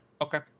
Okay